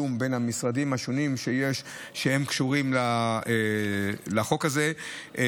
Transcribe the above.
תיאום עם המשרדים השונים שקשורים לחוק הזה,